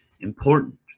Important